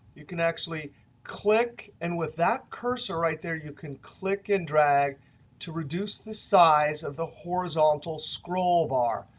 you can actually click. and with that cursor right there, you can click and drag to reduce the size of the horizontal scroll bar,